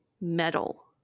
metal